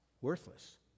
worthless